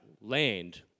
land